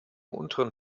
unteren